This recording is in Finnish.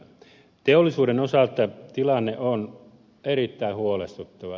teollisuuden osalta tilanne on erittäin huolestuttava